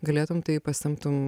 galėtum tai pasiimtum